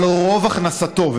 אבל רוב הכנסתו,